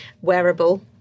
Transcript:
wearable